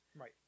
Right